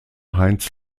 heinz